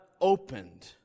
opened